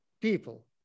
people